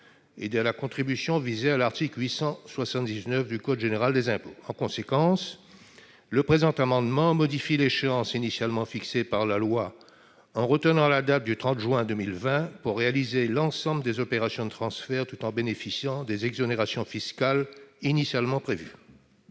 et de la contribution visée à l'article 879 du code général des impôts. En conséquence, le présent amendement vise à modifier l'échéance initialement fixée par la loi, en retenant la date du 30 juin 2020 pour réaliser l'ensemble des opérations de transfert, tout en bénéficiant des exonérations fiscales initialement prévues.